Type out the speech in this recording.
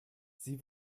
sie